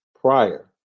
prior